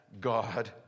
God